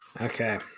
Okay